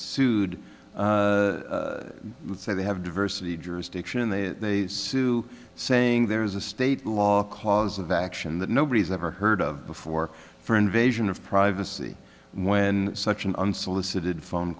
sued say they have diversity jurisdiction and they sue saying there is a state law clause of action that nobody's ever heard of before for invasion of privacy when such an unsolicited phone